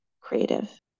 creative